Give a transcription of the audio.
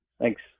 Thanks